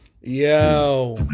yo